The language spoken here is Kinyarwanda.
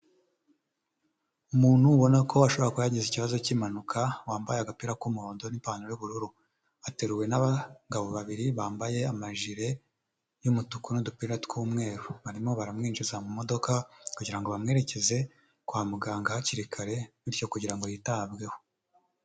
Umuntu ubona ko ashobora kuba yagize ikibazo cy'impanuka wambaye agapira k'umuhondo n'ipantaro y'ubururu, ateruwe n'abagabo babiri bambaye amajire y'umutuku n'udupira tw'umweru, barimo baramwinjiza mu modoka kugira ngo bamwerekeze kwa muganga hakiri kare bityo kugira ngo yitabweho.